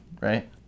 Right